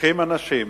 לוקחים אנשים,